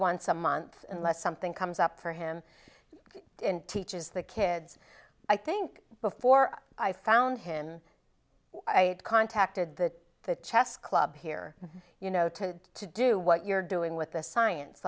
once a month unless something comes up for him teaches the kids i think before i found him i contacted the the chess club here you know to to do what you're doing with this science